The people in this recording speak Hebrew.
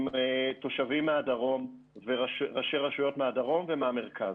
עם תושבים מהדרום וראשי רשויות מהדרום ומהמרכז.